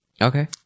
okay